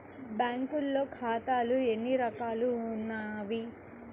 బ్యాంక్లో ఖాతాలు ఎన్ని రకాలు ఉన్నావి?